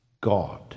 God